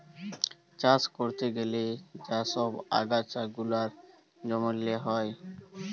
চাষ ক্যরতে গ্যালে যা ছব আগাছা গুলা জমিল্লে হ্যয়